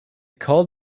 called